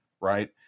right